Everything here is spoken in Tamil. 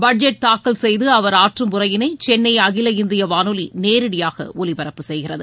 பட்ஜெட் தாக்கல் செய்து அவர் ஆற்றும் உரையினை சென்னை அகில இந்திய வானொலி நேரடியாக ஒலிபரப்பு செய்கிறது